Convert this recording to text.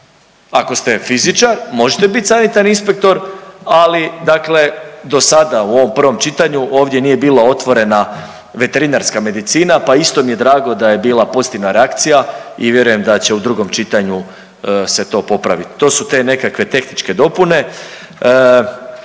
ako ste fizičar možete bit sanitarni inspektor, ali dakle dosada u ovom prvom čitanju ovdje nije bila otvorena veterinarska medicina pa isto mi je drago da je bila pozitivna reakcija i vjerujem da će u drugom čitanju se to popravi, to su te nekakve tehničke dopune.